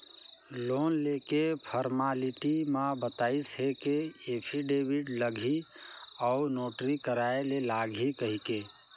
loan लेके formality म बताइस हे कि एफीडेबिड लागही अउ नोटरी कराय ले लागही कहिके